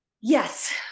Yes